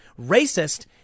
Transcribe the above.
racist